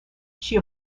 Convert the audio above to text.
she